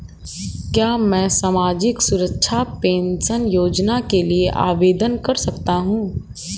क्या मैं सामाजिक सुरक्षा पेंशन योजना के लिए आवेदन कर सकता हूँ?